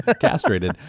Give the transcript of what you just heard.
Castrated